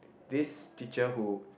this teacher who